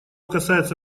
касается